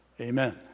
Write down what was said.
Amen